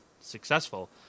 successful